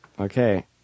Okay